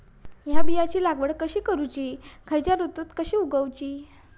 हया बियाची लागवड कशी करूची खैयच्य ऋतुत कशी उगउची?